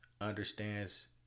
understands